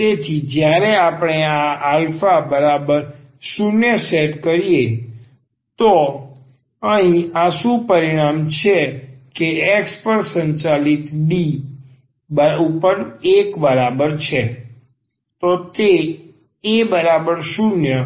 તેથી જ્યારે આપણે આ a0 સેટ કરીએ છીએ તો અહીં આ શું પરિણામ છે કે X પર સંચાલિત D ઉપર 1 બરાબર છે તો તે a0 આ